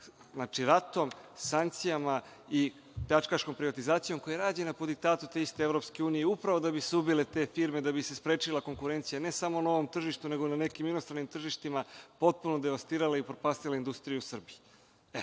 tek, ratom, sankcijama i pljačkaškom privatizacijom, koja je rađena po diktatu te iste EU upravo da bi se ubile te firme, da bi se sprečila konkurencija, ne samo na ovom tržištu, nego na nekim inostranim tržištima, potpuno devastirala i upropastila industriju Srbije. To